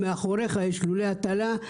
מאחוריך יש לולי הטלה.